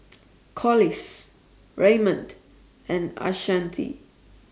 Collis Raymond and Ashanti